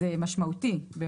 זה משמעותי.